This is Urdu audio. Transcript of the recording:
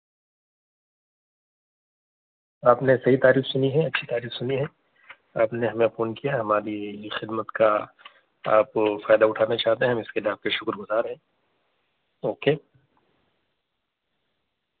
آپ نے صحیح تعریف سنی ہے اچھی تعریف سنی ہے آپ نے ہمیں فون کیا ہماری خدمت کا آپ فائدہ اٹھانا چاہتے ہیں ہم اس کے واقعی شکر گزار ہیں اوکے